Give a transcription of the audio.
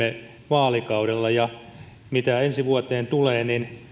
vaalikaudella mitä ensi vuoteen tulee